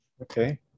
Okay